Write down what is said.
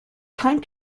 time